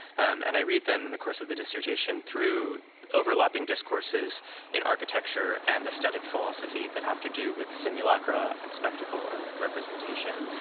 and i read them in the course of the dissertation through overlapping discourses in architecture and aesthetic philosophy that have to do with simulacra and spectacle and representation.